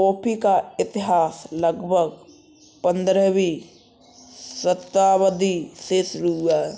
coffee का इतिहास लगभग पंद्रहवीं शताब्दी से शुरू हुआ है